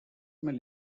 may